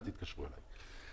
אל תתקשרו אליי.